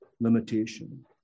limitation